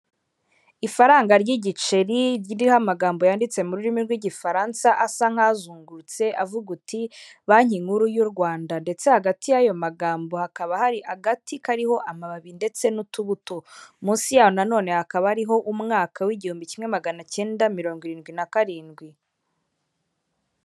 Ifaranga ry'igiceri, ririho amagambo yanditse mu rurimi rw'Igifaransa, asa nk'azungurutse avuga uti banki nkuru y'u Rwanda, ndetse hagati y'ayo magambo hakaba hari agati kariho amababi ndetse n'utubuto, munsi ya nanone hakaba hariho umwaka w'igihumbi kimwe maganacyenda mirongo irindwi nakarindwi.